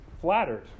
flattered